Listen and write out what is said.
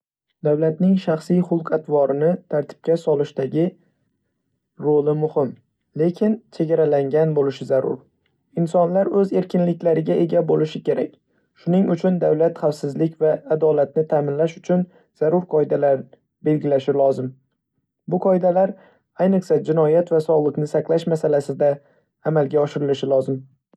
Davlatning shaxsiy xulq-atvorni tartibga solishdagi roli muhim, lekin chegaralangan bo‘lishi zarur. Insonlar o‘z erkinliklariga ega bo‘lishi kerak, shuning uchun davlat xavfsizlik va adolatni ta'minlash uchun zarur qoidalar belgilashi lozim. Bu qoidalar, ayniqsa, jinoyat va sog‘liqni saqlash masalasida amalga oshirilishi lozim.